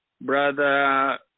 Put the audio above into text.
brother